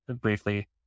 briefly